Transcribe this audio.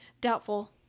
Doubtful